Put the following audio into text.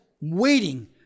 waiting